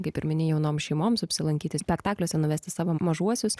kaip ir mini jaunoms šeimoms apsilankyti spektakliuose nuvesti savo mažuosius